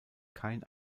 kein